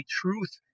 truth